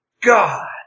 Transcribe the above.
God